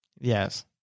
Yes